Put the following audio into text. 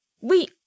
We